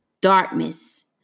Darkness